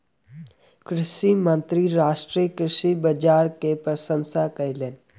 कृषि मंत्री राष्ट्रीय कृषि बाजार के प्रशंसा कयलैन